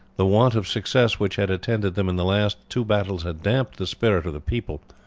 the want of success which had attended them in the last two battles had damped the spirit of the people,